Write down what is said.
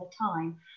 time